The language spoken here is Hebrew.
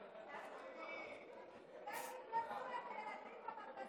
בבקשה, במקומותיכם.